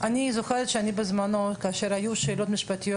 אני זוכרת שאני בזמנו כאשר עלו שאלות משפטיות